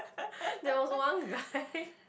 there was one guy